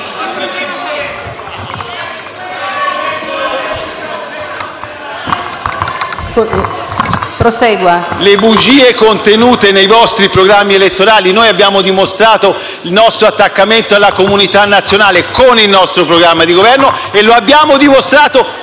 Le bugie erano contenute nei vostri programmi elettorali. Noi abbiamo dimostrato il nostro attaccamento alla comunità nazionale con il nostro programma di Governo e lo abbiamo dimostrato